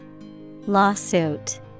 Lawsuit